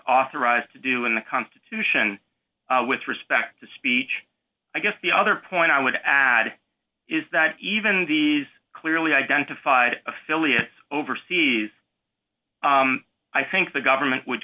authorized to do in the constitution with respect to speech i guess the other point i would add is that even these clearly identified affiliates overseas i think the government would